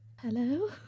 hello